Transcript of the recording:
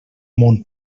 mon